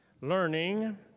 learning